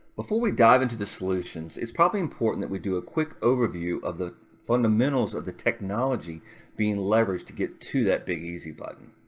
before we dive into the solutions, is probably important that we do a quick overview of the fundamentals of the technology being leveraged to get to that big easy button.